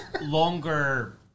longer